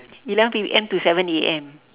eleven P_M to seven A_M